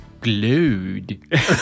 glued